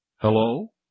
Hello